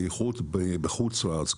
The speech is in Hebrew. במיוחד בחוץ לארץ.